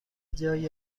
جای